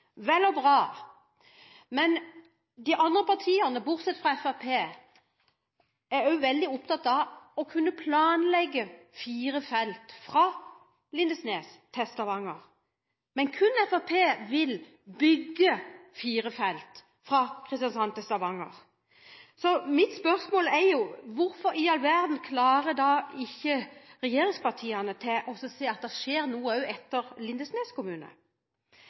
Vel og bra, men de andre partiene, bortsett fra Fremskrittspartiet, er også veldig opptatt av å kunne planlegge fire felt fra Lindesnes til Stavanger, men kun Fremskrittspartiet vil bygge fire felt fra Kristiansand til Stavanger. Mitt spørsmål er: Hvorfor i all verden klarer ikke regjeringspartiene å se at det skjer noe også etter Lindesnes kommune?